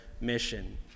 mission